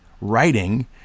writing